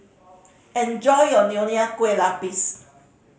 enjoy your Nonya Kueh Lapis